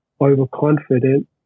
overconfident